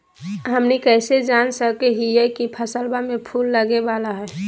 हमनी कइसे जान सको हीयइ की फसलबा में फूल लगे वाला हइ?